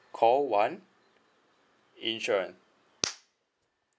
call one insurance